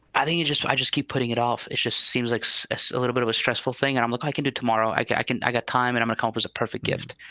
i think you just. i just keep putting it off. it just seems like so a so a little bit of a stressful thing. and i'm like, i can do tomorrow. i can. i can. i got time. and i'm a cop is a perfect gift.